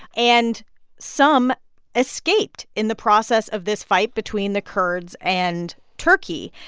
and some escaped in the process of this fight between the kurds and turkey.